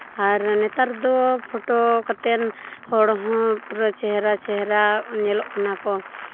ᱟᱨ ᱱᱮᱛᱟᱨ ᱫᱚ ᱯᱷᱳᱴᱳ ᱠᱟᱛᱮᱫ ᱦᱚᱲ ᱦᱚᱸ ᱯᱩᱨᱟᱹ ᱪᱮᱦᱨᱟ ᱪᱮᱦᱨᱟ ᱧᱮᱞᱚᱜ ᱠᱟᱱᱟ ᱠᱚ